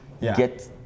get